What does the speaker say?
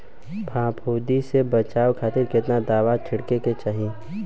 फाफूंदी से बचाव खातिर केतना दावा छीड़के के होई?